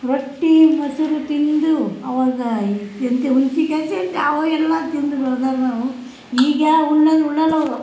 ರೊಟ್ಟಿ ಮೊಸ್ರು ತಿಂದು ಆವಾಗ ಎಂತೆ ಉಂತಿ ಕೆಲಸ ಎಂತ ಆವಾಗೆಲ್ಲ ತಿಂದು ಬೆಳ್ದವ್ರು ನಾವು ಈಗ ಯಾರು ಉಣ್ಣಂಗೆ ಉಣ್ಣಲ್ಲವರು